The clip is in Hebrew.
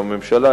הממשלה,